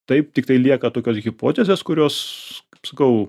taip tiktai lieka tokios hipotezės kurios sakau